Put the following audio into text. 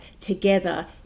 together